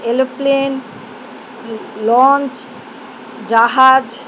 aeroplane launch জাহাজ